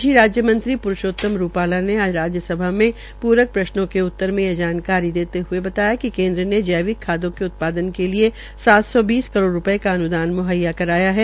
कृषि राज्य मंत्री प्रूषोतम रूपाला ने आज राज्य सभा में क्छ प्रक प्रश्नों के उत्तर मे ये जानकारी देते हये बताया कि केन्द्र ने जैविक खादों के उत्पादन के लिये सात सौ बीस करोड़ रूपये का अनुदान म्हैया कराया है